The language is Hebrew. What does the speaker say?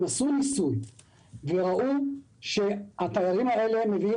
הם עשו ניסוי וראו שהתיירים האלה מביאים